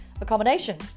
accommodation